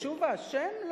תשובה אשם?